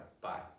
bye